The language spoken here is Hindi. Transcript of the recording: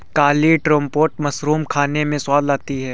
काली ट्रंपेट मशरूम खाने में स्वाद लाती है